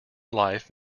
life